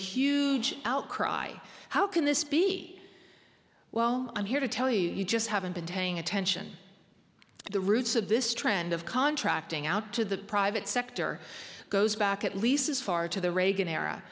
huge outcry how can this be while i'm here to tell you just haven't been paying attention to the roots of this trend of contracting out to the private sector goes back at least as far to the reagan era